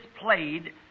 played